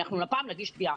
הפעם נגיש תביעה.